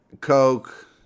Coke